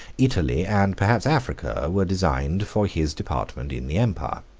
italy, and perhaps africa, were designed for his department in the empire.